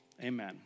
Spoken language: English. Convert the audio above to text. amen